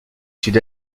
sud